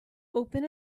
open